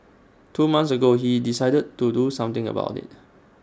two months ago he decided to do something about IT